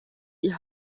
die